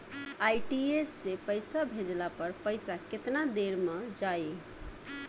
RTGS से पईसा भेजला पर पईसा केतना देर म जाई?